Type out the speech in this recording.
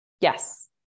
Yes